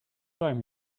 time